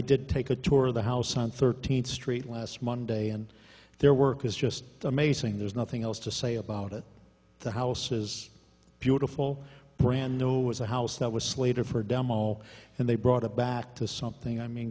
did take a tour of the house on thirteenth street last monday and their work is just amazing there's nothing else to say about it the house is beautiful brand new it was a house that was slated for a demo and they brought a back to something i mean